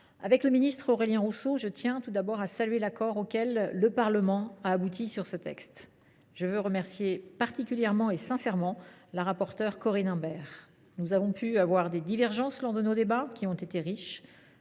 le ministre Aurélien Rousseau et moi même tenons tout d’abord à saluer l’accord auquel le Parlement a abouti sur ce texte. Je veux remercier particulièrement et sincèrement la rapporteure Corinne Imbert. Nous avons pu avoir des divergences lors de nos débats, qui ont été riches,